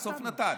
בסוף נתן.